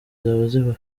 zizaba